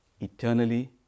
eternally